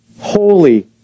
holy